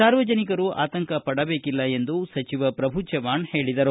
ಸಾರ್ವಜನಿಕರು ಆತಂಕ ಪಡಬೇಕಿಲ್ಲ ಎಂದು ಸಚಿವ ಪ್ರಭು ಚಹ್ವಾಣ್ ಹೇಳಿದರು